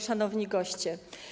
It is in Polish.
Szanowni Goście!